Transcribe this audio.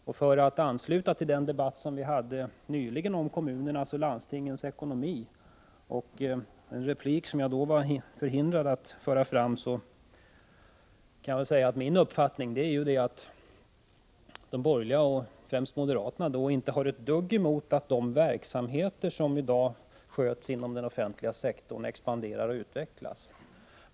Jag vill i anslutning till den debatt om kommunernas och landstingens ekonomi som nyss fördes, och i vilken jag var förhindrad att föra fram mina synpunkter, säga att min uppfattning är att de borgerliga — främst moderaterna — inte har ett dugg emot att de verksamheter som i dag drivs inom den offentliga sektorn expanderar och utvecklas.